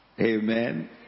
Amen